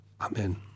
Amen